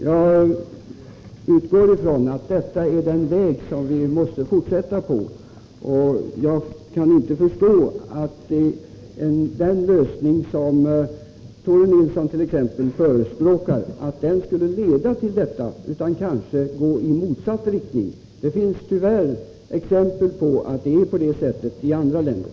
Jag utgår från att detta är den väg som vi måste fortsätta på. Jag kan inte förstå att den lösning som t.ex. Tore Nilsson förespråkar skulle leda till detta, utan den kanske leder i motsatt riktning. Det finns tyvärr exempel på att det är på det sättet i andra länder.